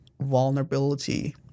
vulnerability